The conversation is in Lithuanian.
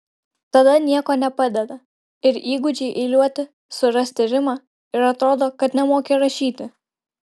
tada nieko nepadeda ir įgūdžiai eiliuoti surasti rimą ir atrodo kad nemoki rašyti